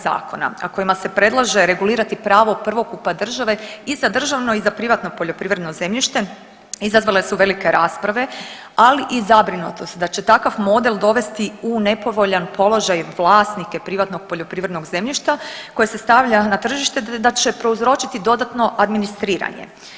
Zakona a kojima se predlaže regulirati pravo prvokupa države i za državno i za privatno poljoprivredno zemljište izazvale su velike rasprave, ali i zabrinutost da će takva mode dovesti u nepovoljan položaj vlasnike privatnog poljoprivrednog zemljišta koje se stavlja na tržište, da će prouzročiti dodatno administriranje.